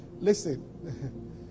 Listen